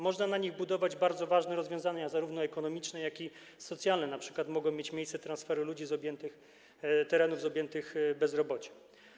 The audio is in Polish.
Można w ramach nich podejmować bardzo ważne rozwiązania zarówno ekonomiczne, jak i socjalne, np. mogą mieć miejsce transfery ludzi z terenów objętych bezrobociem.